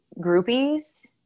groupies